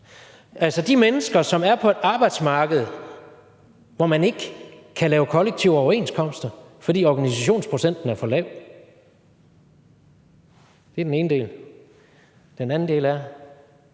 altså de mennesker, som er på et arbejdsmarked, hvor man ikke kan lave kollektive overenskomster, fordi organisationsprocenten er for lav. Det er den ene grund. Den anden er,